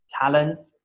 talent